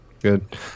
good